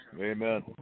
Amen